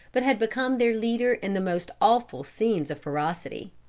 but had become their leader in the most awful scenes of ferocity.